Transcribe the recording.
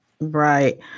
Right